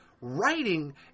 Writing